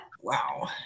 Wow